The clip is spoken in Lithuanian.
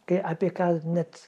kai apie ką net